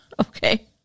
okay